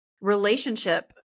relationship